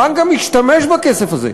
הבנק גם משתמש בכסף הזה.